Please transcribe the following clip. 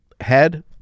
head